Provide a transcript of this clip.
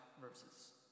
verses